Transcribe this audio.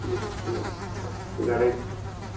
अच्छा गारंटी के साथ